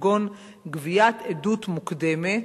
כגון גביית עדות מוקדמת,